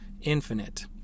infinite